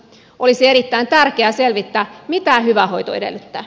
olisi erittäin tärkeää selvittää mitä hyvä hoito edellyttää